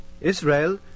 Israel